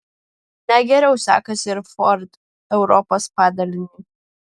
ne geriau sekasi ir ford europos padaliniui